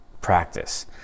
practice